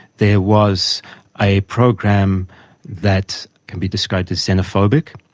there was a program that can be described as xenophobic,